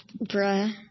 Bruh